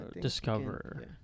discover